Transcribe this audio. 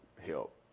help